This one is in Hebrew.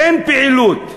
אין פעילות,